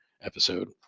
episode